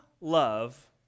love